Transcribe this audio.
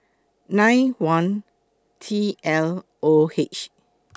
nine one T L O H